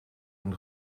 een